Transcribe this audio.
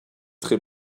très